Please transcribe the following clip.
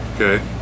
Okay